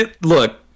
Look